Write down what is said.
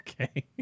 Okay